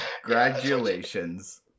Congratulations